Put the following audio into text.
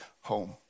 home